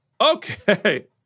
Okay